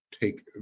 take